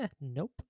Nope